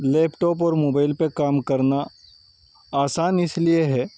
لیپ top اور mobile پہ کام کرنا آسان اس لیے ہے